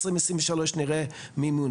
גם לאזרחים מן השורה מה שנקרא יהיה יותר איכפת.